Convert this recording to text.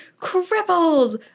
cripples